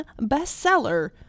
bestseller